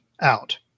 out